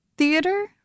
theater